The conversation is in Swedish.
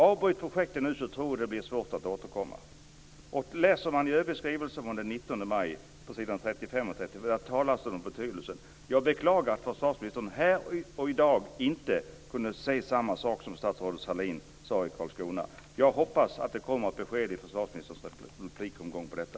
Avbryts projekten nu tror jag att det blir svårt att återkomma. På s. 35, bl.a., i ÖB:s skrivelse från den 19 maj står det om betydelsen. Jag beklagar att försvarsministern här i dag inte kunde säga samma sak som statsrådet Sahlin sade i Karlskoga. Jag hoppas att det kommer ett besked i försvarsministerns replik om detta.